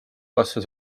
kasvas